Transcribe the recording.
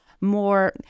more